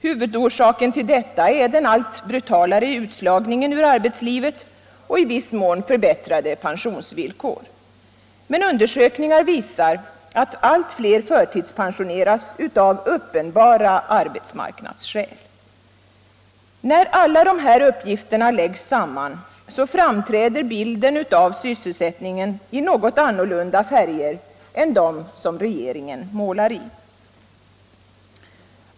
Huvudorsaken till det är den allt brutalare utslagningen ur arbetslivet och i viss mån förbättrade pensionsvillkor. Men undersökningar visar att allt fler förtidspensioneras av uppenbara arbetsmarknadsskäl. När alla dessa uppgifter läggs samman framträder bilden av sysselsättningen i något andra färger än dem som regeringen målar i.